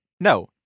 no